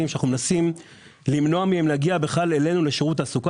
שאנחנו מנסים למנוע מהם להגיע אלינו לשירות התעסוקה.